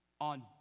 on